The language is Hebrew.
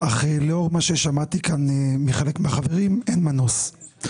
אך לאור מה ששמעתי כאן מחלק מהחברים אין מנוס,